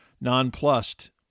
Nonplussed